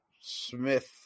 Smith